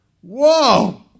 Whoa